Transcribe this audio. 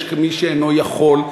יש מי שאינו יכול,